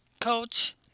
coach